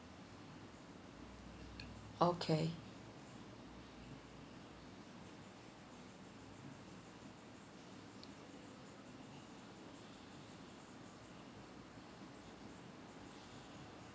okay